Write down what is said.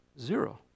Zero